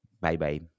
Bye-bye